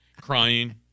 Crying